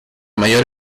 mayor